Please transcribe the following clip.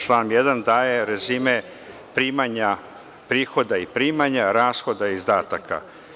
Član 1. daje rezime primanja prihoda i primanja rashoda i izdataka.